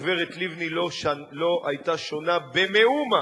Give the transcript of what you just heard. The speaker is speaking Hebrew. הגברת לבני לא היתה שונה במאומה,